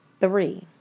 Three